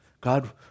God